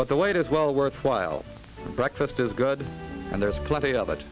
but the wait is well worth while the breakfast is good and there's plenty of it